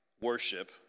worship